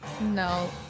No